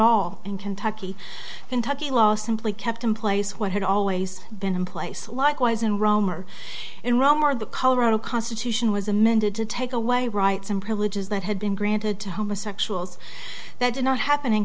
all in kentucky kentucky law simply kept in place what had always been in place likewise in rome or in rome or the colorado constitution was amended to take away rights and privileges that had been granted to homosexuals that did not happen in